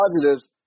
positives